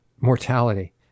mortality